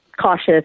cautious